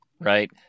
right